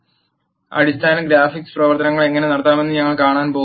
യിൽ അടിസ്ഥാന ഗ്രാഫിക്സ് പ്രവർത്തനങ്ങൾ എങ്ങനെ നടത്താമെന്ന് ഞങ്ങൾ കാണാൻ പോകുന്നു